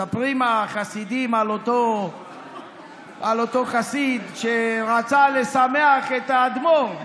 מספרים החסידים על אותו חסיד שרצה לשמח את האדמו"ר.